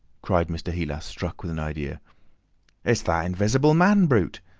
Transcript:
cried mr. heelas, struck with an idea it's that invisible man brute!